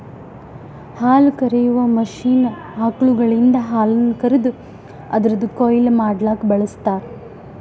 ಹಾಲುಕರೆಯುವ ಮಷೀನ್ ಆಕಳುಗಳಿಂದ ಹಾಲನ್ನು ಕರೆದು ಅದುರದ್ ಕೊಯ್ಲು ಮಡ್ಲುಕ ಬಳ್ಸತಾರ್